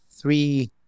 three